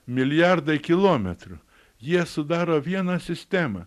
milijardai kilometrų jie sudaro vieną sistemą